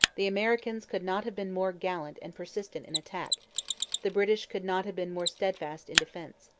the americans could not have been more gallant and persistent in attack the british could not have been more steadfast in defence.